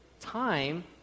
time